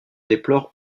déplorent